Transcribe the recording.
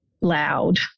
loud